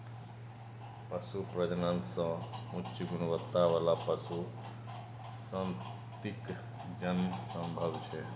पशु प्रजनन सं उच्च गुणवत्ता बला पशु संततिक जन्म संभव छै